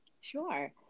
Sure